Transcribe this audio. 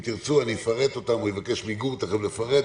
אם תרצו אני אפרט אותם או אבקש מגור תיכף לפרט,